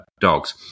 dogs